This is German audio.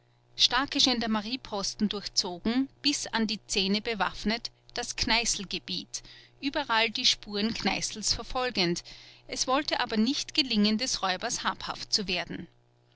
starke gendarmerieposten durchzogen bis an die zähne bewaffnet das kneißlgebiet überall die spuren kneißls verfolgend es wollte aber nicht gelingen des räubers habhaft zu werden